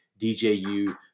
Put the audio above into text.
DJU –